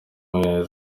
meza